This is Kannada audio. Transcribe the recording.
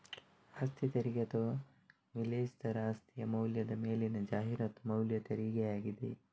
ಆಸ್ತಿ ತೆರಿಗೆ ಅಥವಾ ಮಿಲೇಜ್ ದರ ಆಸ್ತಿಯ ಮೌಲ್ಯದ ಮೇಲಿನ ಜಾಹೀರಾತು ಮೌಲ್ಯ ತೆರಿಗೆಯಾಗಿದೆ